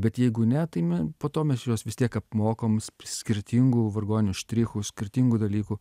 bet jeigu ne tai me po to mes juos vis tiek apmokom sp skirtingų vargonų štrichų skirtingų dalykų